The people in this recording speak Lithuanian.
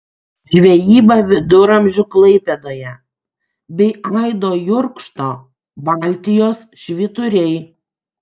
žvejyba viduramžių klaipėdoje bei aido jurkšto baltijos švyturiai